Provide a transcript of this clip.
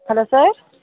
hello sir